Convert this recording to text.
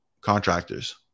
contractors